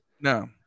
No